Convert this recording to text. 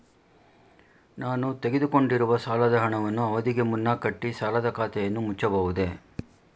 ನಾನು ತೆಗೆದುಕೊಂಡಿರುವ ಸಾಲದ ಹಣವನ್ನು ಅವಧಿಗೆ ಮುನ್ನ ಕಟ್ಟಿ ಸಾಲದ ಖಾತೆಯನ್ನು ಮುಚ್ಚಬಹುದೇ?